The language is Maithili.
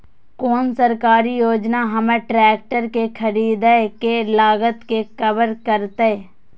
कोन सरकारी योजना हमर ट्रेकटर के खरीदय के लागत के कवर करतय?